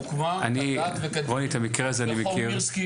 הוקמה כדת וכדין ברחוב מירסקי